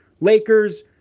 Lakers